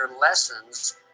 lessons